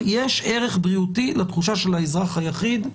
היחיד,